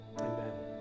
Amen